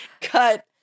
cut